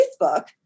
Facebook